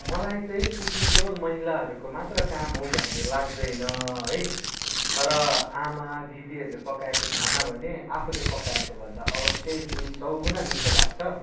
मलाई चाहिँ कुकिङ केवल महिलाहरूको मात्र काम हो भन्ने लाग्दैन है तर आमा दिदीहरूले पकाएको खाना भने आफूले पकाएको भन्दा अवश्यै दुई चौ गुणा मिठो लाग्छ